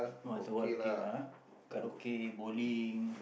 once a while okay uh karaoke bowling